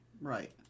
Right